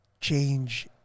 change